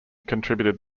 contributed